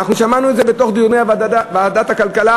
ואנחנו שמענו את זה בדיוני ועדת הכלכלה